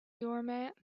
doormat